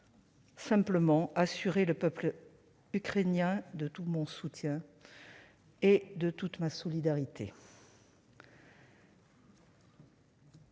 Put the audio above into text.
d'abord assurer le peuple ukrainien de tout mon soutien et de toute ma solidarité.